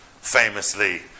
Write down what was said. famously